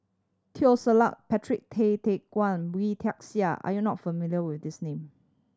Teo Ser Luck Patrick Tay Teck Guan Wee Tian Siak are you not familiar with these name